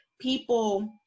people